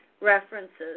references